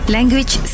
Language